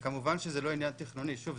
כמובן שזה לא עניין תכנוני שוב,